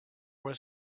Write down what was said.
was